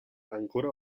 ancora